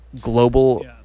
global